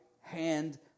hand